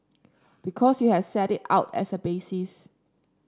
because you have set it out as a basis